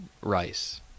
rice